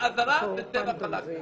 תהיה אזהרה וצבע חלק.